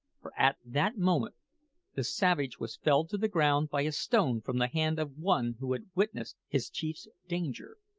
for at that moment the savage was felled to the ground by a stone from the hand of one who had witnessed his chief's danger.